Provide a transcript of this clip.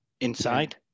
inside